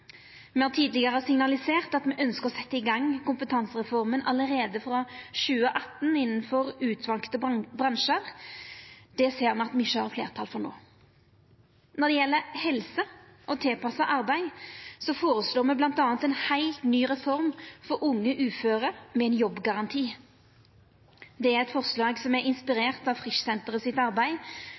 Me har tidlegare signalisert at me ønskjer å setja i gang kompetansereforma allereie frå 2018 innanfor utvalde bransjar. Det ser me at me ikkje har fleirtal for. Når det gjeld helse og tilpassa arbeid, føreslår me bl.a. ei heilt ny reform for unge uføre, med ein jobbgaranti. Det er eit forslag som er inspirert av